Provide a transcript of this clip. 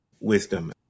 wisdom